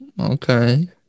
Okay